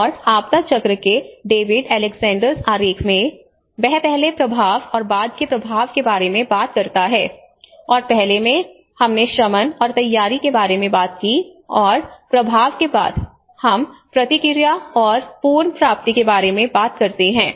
और आपदा चक्र के डेविड अलेक्जेंडर्स आरेख में वह पहले प्रभाव और बाद के प्रभाव के बारे में बात करता है और पहले में हमने शमन और तैयारी के बारे में बात की और प्रभाव के बाद हम प्रतिक्रिया और पुनर्प्राप्ति के बारे में बात करते हैं